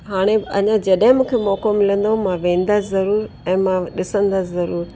हाणे अञा जॾहिं मूंखे मौको मिलंदो मां वेंसि ज़रूरु ऐं मां ॾिसंदसि ज़रूरु